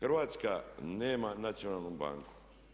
Hrvatska nema nacionalnu banku.